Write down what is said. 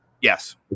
Yes